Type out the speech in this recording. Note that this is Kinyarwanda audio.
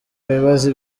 wibaze